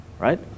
right